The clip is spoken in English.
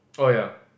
oh ya